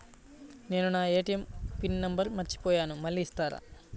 నేను నా ATM pin number మర్చిపోయాను మళ్ళీ ఇస్తారా?